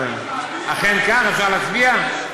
אכן כך, אפשר להצביע?